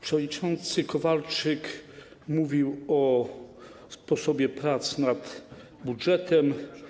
Przewodniczący Kowalczyk mówił o sposobie prac nad budżetem.